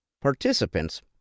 Participants